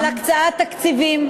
על הקצאת תקציבים,